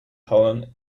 helen